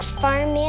farm